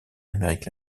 amérique